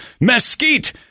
Mesquite